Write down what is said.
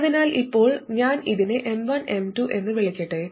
അതിനാൽ ഇപ്പോൾ ഞാൻ ഇതിനെ M1 M2 എന്ന് വിളിക്കട്ടെ